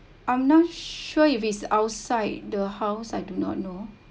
I'm not sure if is outside the house I do not know